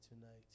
tonight